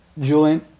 Julian